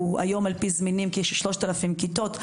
שהוא היום על פי זמינים כ-3,000 כיתות,